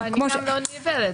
גם אני לא נבהלת.